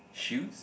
shoes